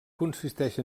consisteix